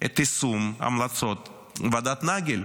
את יישום המלצות ועדת נגל,